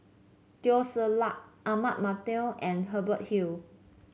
Teo Ser Luck Ahmad Mattar and Hubert Hill